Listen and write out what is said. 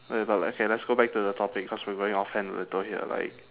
whatever lah okay let's go back to the topic cause we're going offhand a little here like